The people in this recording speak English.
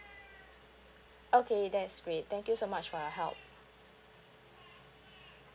okay that's great thank you so much for your help